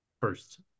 first